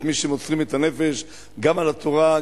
את מי שמוסרים את הנפש גם על התורה,